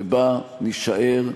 ובה נישאר,